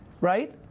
right